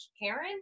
Karen